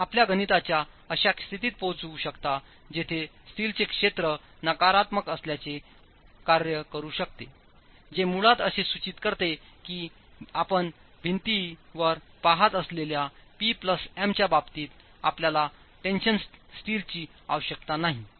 आपण आपल्या गणितांच्या अशा स्थितीत पोहोचू शकता जिथे स्टीलचे क्षेत्रनकारात्मक असल्याचेकार्य करूशकते जे मुळात असे सूचित करते की आपणभिंतीवर पहातअसलेल्याP M च्याबाबतीत आपल्याला टेंशन स्टीलची आवश्यकता नाही